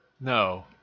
No